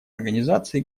организации